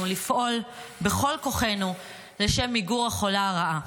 לפעול בכל כוחנו לשם מיגור החולה הרעה.